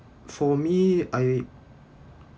for me I